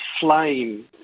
flame